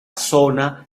zona